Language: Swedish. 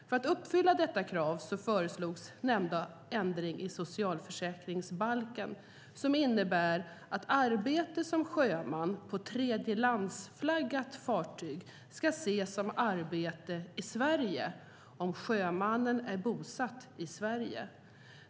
För att uppfylla detta krav föreslogs nämnda ändring i socialförsäkringsbalken som innebär att arbete som sjöman på tredjelandsflaggat fartyg ska ses som arbete i Sverige om sjömannen är bosatt i Sverige.